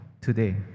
today